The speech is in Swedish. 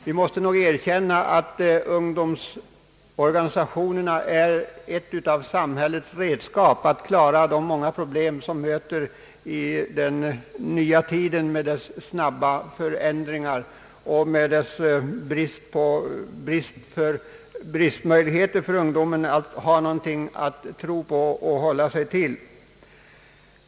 Vi måste nog erkänna att ungdomsorganisationerna hör till samhällets redskap för att klara de många problem som möter i den nya tiden med dess snabba förändringar och dess brist på någonting som ungdomen kan tro på och hålla sig till.